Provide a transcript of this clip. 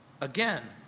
again